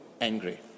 angry